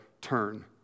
turn